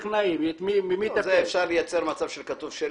כמובן חברות הגז והטכנאים שלהם,